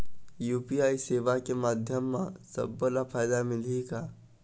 UPI सेवा के माध्यम म सब्बो ला फायदा मिलही का?